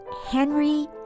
Henry